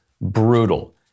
brutal